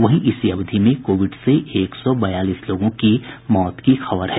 वहीं इसी अवधि में कोविड से एक सौ बयालीस लोगों की मौत की खबर है